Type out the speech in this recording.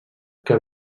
que